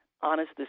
honest